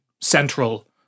central